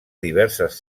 diverses